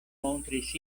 montris